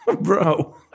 bro